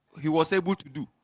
he was able to do